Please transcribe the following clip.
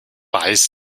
weiß